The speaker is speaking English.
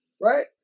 Right